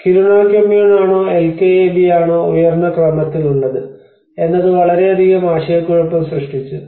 കിരുണ കൊമ്മുൻ ആണോ എൽകെഎബി ആണോ ഉയർന്ന ക്രമത്തിൽ ഉള്ളത് എന്നത് വളരെയധികം ആശയക്കുഴപ്പം സൃഷ്ടിച്ചു